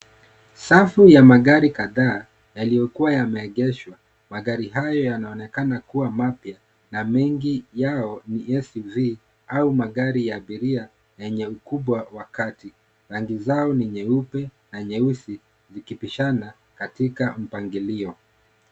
Safu ya magari kadhaa yaliokuwa yameegeshwa , magari hayo yanaonekana kuwa mapya na mengi yao ni SUV au magari ya abiria yenye ukubwa wa kati rangi zao ni nyeupe na nyeusi zikipishana katika mpangilio.